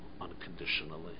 unconditionally